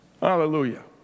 Hallelujah